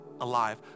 alive